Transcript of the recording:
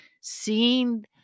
seeing